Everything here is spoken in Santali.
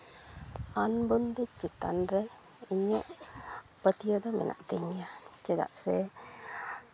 ᱟᱹᱱ ᱵᱚᱱᱫᱮᱡᱽ ᱪᱮᱛᱟᱱ ᱨᱮ ᱤᱧᱟᱹᱜ ᱯᱟᱹᱛᱭᱟᱹᱣ ᱫᱚ ᱢᱮᱱᱟᱜ ᱛᱤᱧᱟᱹ ᱪᱮᱫᱟᱜ ᱥᱮ